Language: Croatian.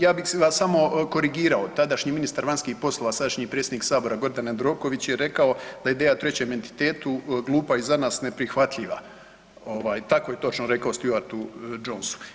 Ja bih vas samo korigirao, tadašnji ministar vanjskih poslova sadašnji predsjednik sabora Gordan Jandroković je rekao da ideja o trećem entitetu glupa i za nas neprihvatljiva ovaj tako je točno rekao Stewart Jonesu.